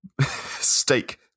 steak